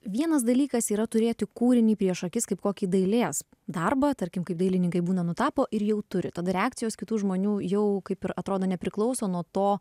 vienas dalykas yra turėti kūrinį prieš akis kaip kokį dailės darbą tarkim kaip dailininkai būna nutapo ir jau turi tada reakcijos kitų žmonių jau kaip ir atrodo nepriklauso nuo to